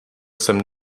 jsem